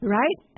right